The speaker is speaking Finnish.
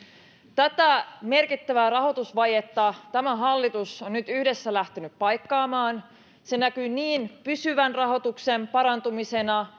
tätä merkittävää rahoitusvajetta tämä hallitus on nyt yhdessä lähtenyt paikkaamaan se näkyy niin pysyvän rahoituksen parantumisena